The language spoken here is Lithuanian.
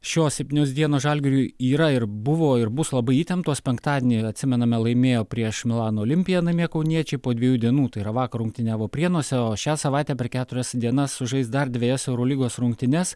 šios septynios dienos žalgiriui yra ir buvo ir bus labai įtemptos penktadienį ir atsimename laimėjo prieš milano olimpiją namie kauniečiai po dviejų dienų tai yra vakar rungtyniavo prienuose o šią savaitę per keturias dienas sužais dar dvejas eurolygos rungtynes